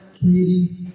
Katie